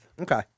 Okay